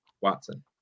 Watson